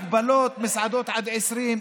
הגבלות: מסעדות עד 20,